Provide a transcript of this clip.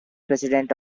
president